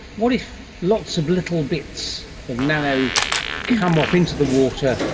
what if lots of little bits of nano come off into the water,